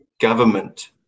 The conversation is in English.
government